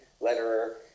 letterer